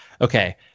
okay